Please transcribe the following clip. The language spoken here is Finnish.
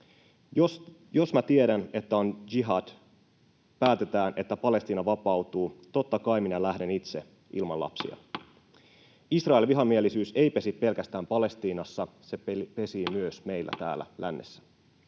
mä tiedän, että on jihad, päätetään, että Palestiina vapautuu, totta kai minä lähden itse ilman lapsia.” Israel-vihamielisyys ei pesi pelkästään Palestiinassa, se pesii myös meillä täällä lännessä.